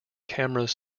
cameras